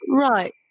right